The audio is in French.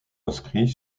inscrit